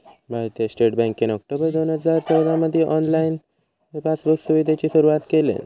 भारतीय स्टेट बँकेन ऑक्टोबर दोन हजार चौदामधी ऑनलाईन पासबुक सुविधेची सुरुवात केल्यान